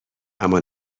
اما